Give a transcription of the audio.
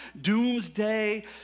doomsday